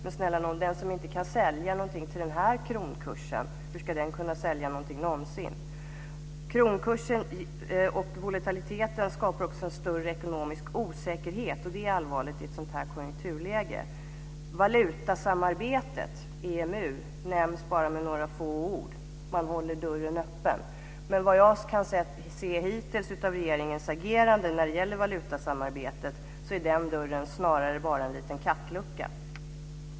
Men den som inte kan sälja någonting till den här kronkursen, hur ska den kunna sälja någonting någonsin? Kronkursen och volatiliteten skapar också en större ekonomisk osäkerhet, och det är allvarligt i ett sådant här konjunkturläge. Valutasamarbetet, EMU, nämns med bara några ord. Man håller dörren öppen. Men vad jag kan se hittills av regeringens agerande när det gäller valutasamarbetet är den dörren snarare bara en liten kattlucka.